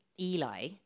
Eli